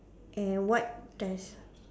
and what does